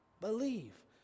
Believe